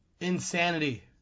Insanity